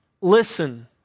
listen